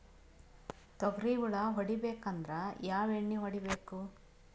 ತೊಗ್ರಿ ಹುಳ ಹೊಡಿಬೇಕಂದ್ರ ಯಾವ್ ಎಣ್ಣಿ ಹೊಡಿಬೇಕು?